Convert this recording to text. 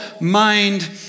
mind